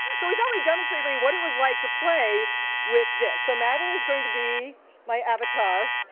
so we thought we'd demonstrate for you what it was like to play with this. so madelyn is going to be my avatar,